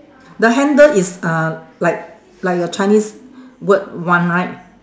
the handle is uh like like your chinese word one right